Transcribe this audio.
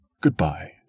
Goodbye